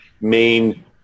main